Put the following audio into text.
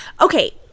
okay